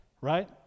right